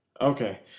Okay